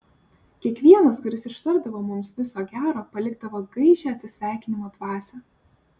kiekvienas kuris ištardavo mums viso gero palikdavo gaižią atsisveikinimo dvasią